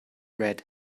red